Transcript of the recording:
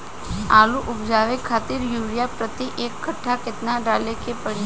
आलू उपजावे खातिर यूरिया प्रति एक कट्ठा केतना डाले के पड़ी?